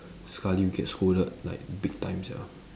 sekali you get scolded like big time sia